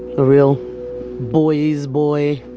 a real boys' boy,